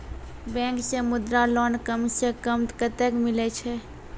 Bank से Mudra loan कम सऽ कम कतैय मिलैय छै?